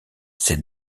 ces